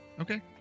Okay